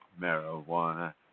marijuana